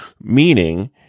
meaning